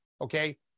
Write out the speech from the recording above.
okay